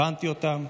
הבנתי אותם.